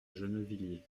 gennevilliers